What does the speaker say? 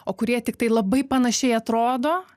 o kurie tiktai labai panašiai atrodo